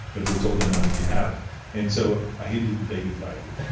but it's all the money we have. and so ah he didn't take it lightly.